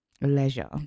leisure